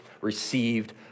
received